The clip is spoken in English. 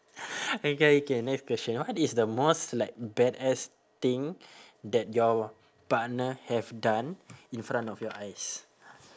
okay okay next question what is the most like badass thing that your partner have done in front of your eyes